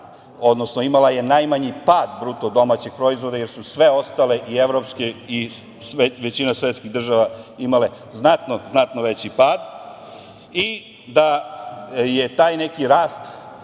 odnosno imala je najmanji pad bruto domaćeg proizvoda, jer su sve ostale i evropske i većina svetskih država imale znatno veći pad i da je taj neki rast